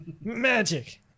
Magic